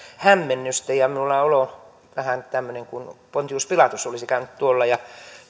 hämmennystä ja minulla on olo vähän semmoinen kuin pontius pilatus olisi käynyt tuolla ja